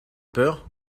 peur